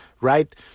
right